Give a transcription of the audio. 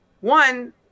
one